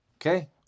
okay